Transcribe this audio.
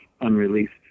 unreleased